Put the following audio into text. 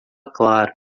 claro